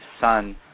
son